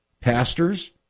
Pastors